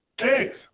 Thanks